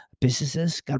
businesses